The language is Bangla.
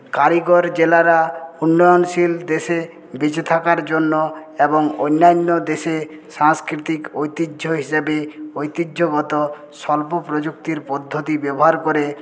কারিগর জেলেরা উন্নয়নশীল দেশে বেঁচে থাকার জন্য এবং অন্যান্য দেশে সাংস্কৃতিক ঐতিহ্য হিসাবে ঐতিহ্যগত স্বল্প প্রযুক্তির পদ্ধতি ব্যবহার করে